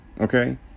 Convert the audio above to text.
okay